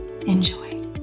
Enjoy